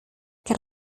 que